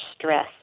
stress